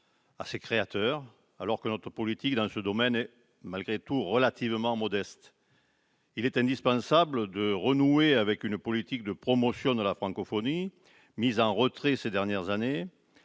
et ses créateurs, alors que notre politique dans ce domaine est, malgré tout, relativement modeste. Il est indispensable de renouer avec une politique de promotion de la francophonie, mise en retrait ces dernières années.